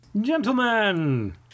Gentlemen